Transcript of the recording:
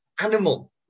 animal